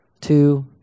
Two